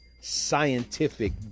scientific